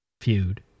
feud